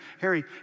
Harry